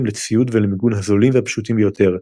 לציוד ולמיגון הזולים והפשוטים ביותר,